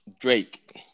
Drake